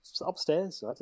upstairs